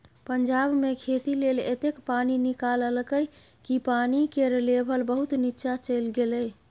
पंजाब मे खेती लेल एतेक पानि निकाललकै कि पानि केर लेभल बहुत नीच्चाँ चलि गेलै